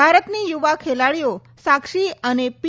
ભારત ની યુવા ખેલાડીઓ સાક્ષી અનેપી